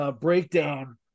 breakdown